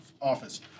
Office